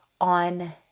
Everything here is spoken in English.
on